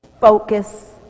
Focus